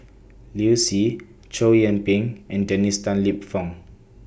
Liu Si Chow Yian Ping and Dennis Tan Lip Fong